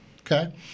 Okay